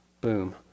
Boom